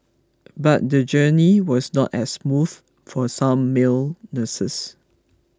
but the journey was not as smooth for some male nurses